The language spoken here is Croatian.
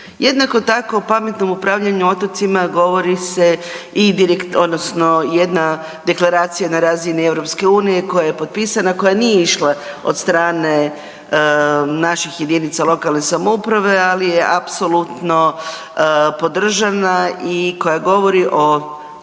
Jednako tako pametnom upravljanju otocima govori jedna deklaracija na razini EU koja je potpisana koja nije išla od strane naših jedinica lokalne samouprave, ali je apsolutno podržana i koja govori o